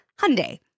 Hyundai